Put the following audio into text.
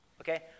Okay